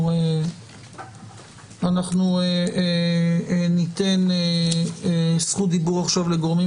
אנחנו ניתן זכות דיבור עכשיו לגורמים